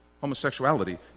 Homosexuality